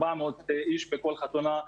400 איש בכל חתונה,